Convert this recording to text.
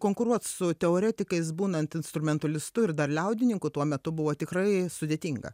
konkuruot su teoretikais būnant instrumentalistu ir dar liaudininku tuo metu buvo tikrai sudėtinga